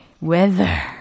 weather